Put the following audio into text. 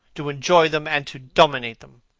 to enjoy them, and to dominate them.